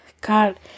god